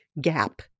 gap